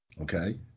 Okay